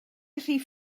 rhif